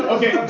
Okay